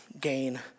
gain